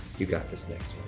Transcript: you got this next